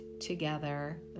together